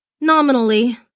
Nominally